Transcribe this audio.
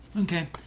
Okay